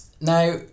Now